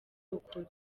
ukuri